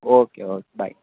okay okay bye